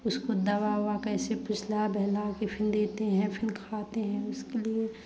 उसको दवा ववा कैसे फुसला बहला के फिर देते हैं फिर खाते हैं उसके लिए